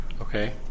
okay